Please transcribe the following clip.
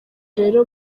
rero